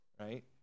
right